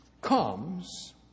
comes